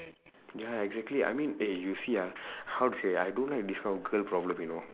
ya exactly I mean eh you see ah how to say I don't have this kind of girl problem you know